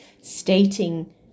stating